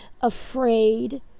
afraid